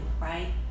Right